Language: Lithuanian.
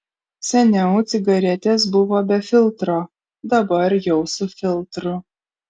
seniau cigaretės buvo be filtro dabar jau su filtru